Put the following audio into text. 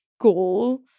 goal